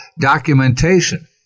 documentation